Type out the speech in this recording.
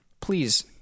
please